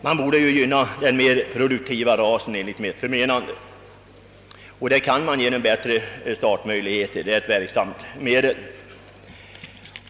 Man borde enligt mitt förmenande gynna den mera produktiva rasen, och det kan man göra genom bättre startmöjligheter; det är ett verksamt medel.